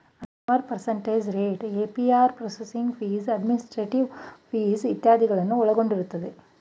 Anwar percentage rate, APR processing fees, administrative fees ಇತ್ಯಾದಿಗಳನ್ನು ಒಳಗೊಂಡಿರುತ್ತದೆ